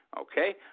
Okay